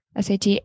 SAT